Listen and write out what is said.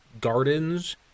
gardens